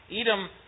Edom